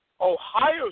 Ohio